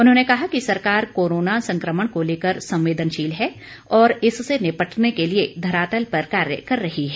उन्होंने कहा कि सरकार कोरोना संकमण को लेकर संवेदनशील है और इससे निपटने के लिए धरातल पर कार्य कर रही है